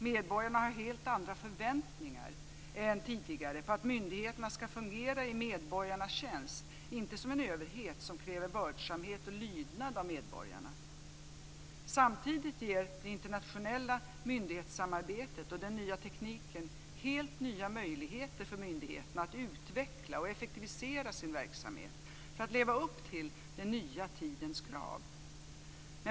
Medborgarna har helt andra förväntningar än tidigare på att myndigheterna ska fungera i medborgarnas tjänst, inte som en överhet som kräver vördsamhet och lydnad av medborgarna. Samtidigt ger det internationella myndighetssamarbetet och den nya tekniken helt nya möjligheter för myndigheterna att utveckla och effektivisera sin verksamhet för att leva upp till den nya tidens krav.